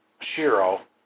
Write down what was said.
Shiro